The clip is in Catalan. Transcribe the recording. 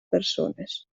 persones